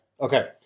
Okay